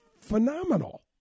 phenomenal